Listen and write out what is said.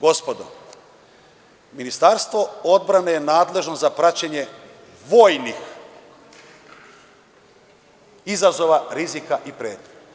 Gospodo, Ministarstvo odbrane je nadležno za praćenje vojnih izazova, rizika i pretnji.